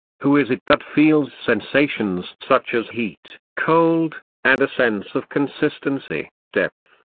who is it that feels sensations such as heat, cold, and a sense of consistency, depth,